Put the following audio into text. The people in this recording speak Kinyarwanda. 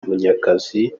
munyakazi